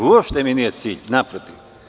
Uopšte mi nije cilj, naprotiv.